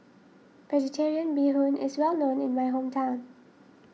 Vegetarian Bee Hoon is well known in my hometown